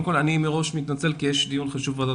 אני מראש מתנצל כי יש דיון חשוב בוועדת